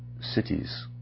cities